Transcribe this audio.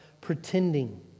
pretending